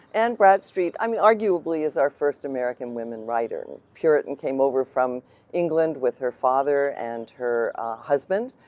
and bradstreet i mean arguably is our first american women writer. puritan, came over from england with her father and her husband.